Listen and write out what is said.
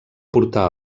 portar